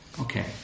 Okay